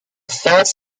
first